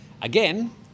Again